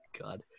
God